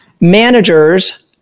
managers